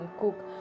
cook